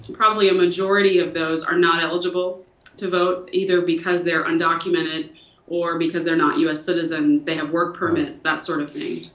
probably a majority of those are not eligible to vote, either because they're undocumented or because they're not u s. citizens, they have work permits, that sort of thing.